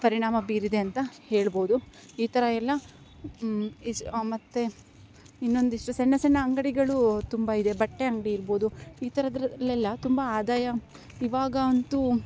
ಪರಿಣಾಮ ಬೀರಿದೆ ಅಂತ ಹೇಳ್ಬೌದು ಈ ಥರ ಎಲ್ಲ ಇಜ್ ಮತ್ತು ಇನ್ನೊಂದಿಷ್ಟು ಸಣ್ಣ ಸಣ್ಣ ಅಂಗಡಿಗಳು ತುಂಬಯಿದೆ ಬಟ್ಟೆ ಅಂಗಡಿ ಇರ್ಬೋದು ಈಥರದ್ರಲೆಲ್ಲ ತುಂಬ ಆದಾಯ ಇವಾಗ ಅಂತು